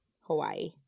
Hawaii